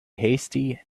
hasty